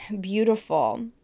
beautiful